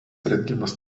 rengiamas